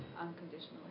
unconditionally